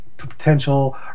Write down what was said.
Potential